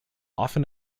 often